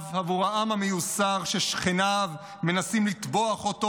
עבור העם המיוסר ששכניו מנסים לטבוח אותו,